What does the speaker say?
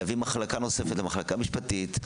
נביא מחלקה נוספת למחלקה משפטית,